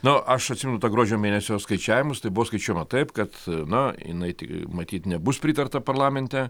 nu aš atsimenu to gruodžio mėnesio skaičiavimus tai buvo skaičiuojama taip kad nu jinai tik matyt nebus pritarta parlamente